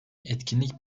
etkinlik